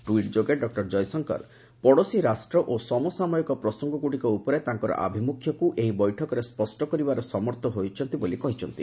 tweet ଯୋଗେ doctor Jaishankar ପଡ଼ୋଶୀ ରାଷ୍ଟ୍ର ଓ ସମସାମୟିକ ପ୍ରସଙ୍ଗଗୁଡ଼ିକ ଉପରେ ତାଙ୍କର ଆଭିମୁଖ୍ୟକୁ ସେ ଏହି ବୈଠକରେ ସ୍ୱଷ୍ଟ କରିବାରେ ସମର୍ଥ ହୋଇଛନ୍ତି ବୋଲି କହିଛନ୍ତି